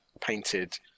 painted